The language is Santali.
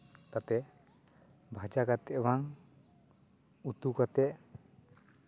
ᱛᱟᱛᱮ ᱵᱷᱟᱡᱟ ᱠᱟᱛᱮᱫ ᱦᱚᱸ ᱵᱟᱝ ᱩᱛᱩ ᱠᱟᱛᱮᱫ